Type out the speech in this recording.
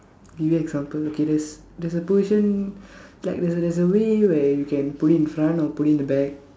give you example okay there's there's a position like there's a there's a way where you can put it in front or put it in the back